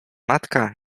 matka